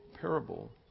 parable